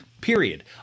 period